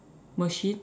machine